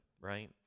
right